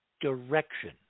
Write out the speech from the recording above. direction